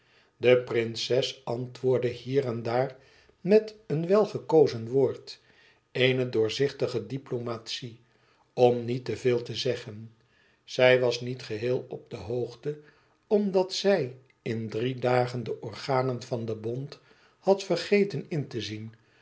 de prinses antwoordde hier en daar met een welgekozen woord eene doorzichtige diplomatie om niet te veel te zeggen zij was niet geheel op de hoogte omdat zij in drie dagen de organen van den bond had vergeten in te zien